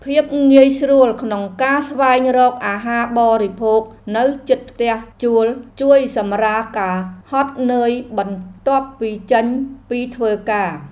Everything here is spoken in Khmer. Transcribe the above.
ភាពងាយស្រួលក្នុងការស្វែងរកអាហារបរិភោគនៅជិតផ្ទះជួលជួយសម្រាលការហត់នឿយបន្ទាប់ពីចេញពីធ្វើការ។